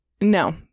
No